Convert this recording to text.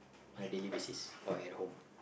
on a daily basis or at home